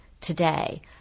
today